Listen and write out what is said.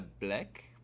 Black